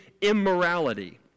immorality